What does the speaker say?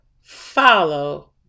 Follow